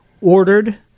ordered